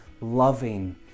Loving